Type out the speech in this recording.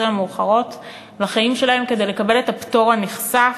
המאוחרות לחייהם כדי לקבל את הפטור הנכסף,